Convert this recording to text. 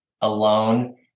alone